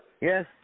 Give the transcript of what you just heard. Yes